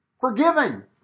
forgiven